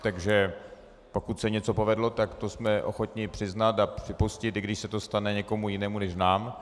Takže pokud se něco povedlo, tak to jsme ochotni přiznat a připustit, i když se to stane někomu jinému než nám.